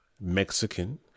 Mexican